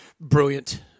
brilliant